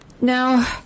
now